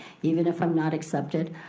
even if i'm not accepted,